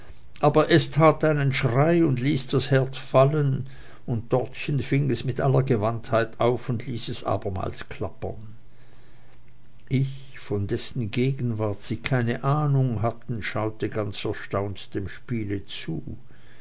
aber es tat einen schrei und ließ das herz fallen und dortchen fing es mit aller gewandtheit auf und ließ es abermals klappern ich von dessen gegenwart sie keine ahnung hatten schaute ganz erstaunt dem spiele zu